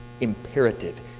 imperative